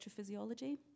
electrophysiology